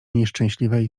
nieszczęśliwej